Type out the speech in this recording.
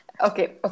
okay